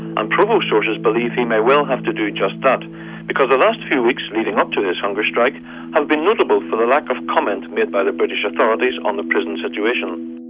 provo sources believe he may well have to do just that because the last few weeks leading up to this hunger strike have been notable for the lack of comment made by the british authorities on the prison situation.